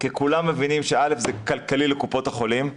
כי כולם מבינים שזה כלכלי לקופות החולים,